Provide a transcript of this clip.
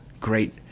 great